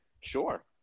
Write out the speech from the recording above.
sure